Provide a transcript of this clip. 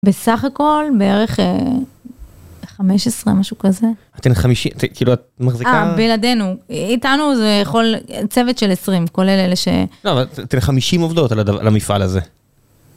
בסך הכל בערך חמש עשרה משהו כזה. אתן חמישים, כאילו את מחזיקה... בלעדינו, איתנו זה צוות של עשרים, כולל אלה ש... לא, אבל אתן חמישים עובדות על המפעל הזה.